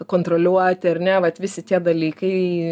kontroliuoti ar ne vat visi tie dalykai